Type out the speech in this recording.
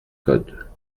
code